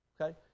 okay